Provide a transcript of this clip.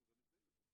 אנחנו גם את זה יודעים.